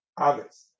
others